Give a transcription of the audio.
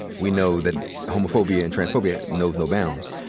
we know that homophobia and transphobia knows no bounds.